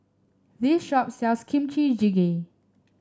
this shop sells Kimchi Jjigae